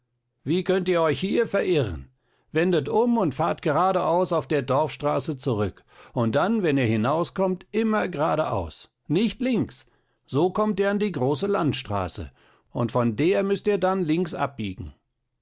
wie könnt ihr euch hier verirren wendet um und fahrt geradeaus auf der dorfstraße zurück und dann wenn ihr hinauskommt immer geradeaus nicht links so kommt ihr an die große landstraße und von der müßt ihr dann links abbiegen